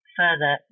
further